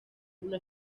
una